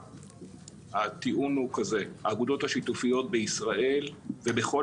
הטיעון הוא כזה: האגודות השיתופיות בישראל ובכל